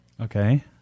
Okay